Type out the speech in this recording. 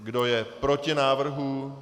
Kdo je proti návrhu?